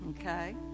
Okay